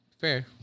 Fair